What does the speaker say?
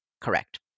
correct